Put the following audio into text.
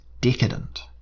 decadent